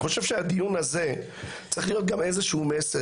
אני חושב שהדיון הזה צריך להיות גם איזשהו מסר,